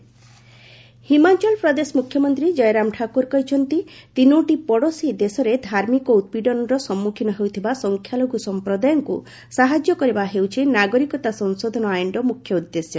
CM Jairam Thakur CAA Himachal Pradesh ମୁଖ୍ୟମନ୍ତ୍ରୀ ଜୟରାମ ଠାକୁର କହିଛନ୍ତି ତିନୋଟି ପଡ଼ୋଶୀ ଦେଶରେ ଧାର୍ମିକ ଉତ୍ପୀଡନର ସମ୍ମୁଖୀନ ହେଉଥିବା ସଂଖ୍ୟାଲଘୁ ସଂପ୍ରଦାୟଙ୍କୁ ସାହାଯ୍ୟ କରିବା ହେଉଛି ନାଗରିକତା ସଂଶୋଧନ ଆଇନର ମୁଖ୍ୟ ଉଦ୍ଦେଶ୍ୟ